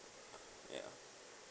ya